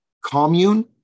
commune